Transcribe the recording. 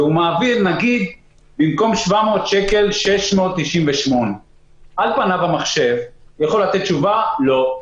והוא מעביר במקום 700 שקל 698. על פניו המחשב יכול לתת תשובה "לא".